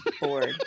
board